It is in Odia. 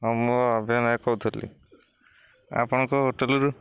ହଁ ମୁଁ ଅଭୟନା କହୁଥିଲି ଆପଣଙ୍କ ହୋଟେଲରୁ